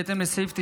בהתאם לסעיף 97(ד)